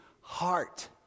heart